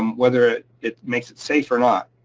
um whether it it makes it safe or not.